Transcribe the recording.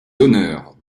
honneurs